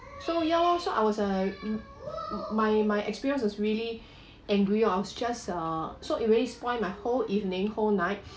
so ya lor so I was like m~ my my experience was really angry I was just uh so it really spoil my whole evening whole night